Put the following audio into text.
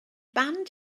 band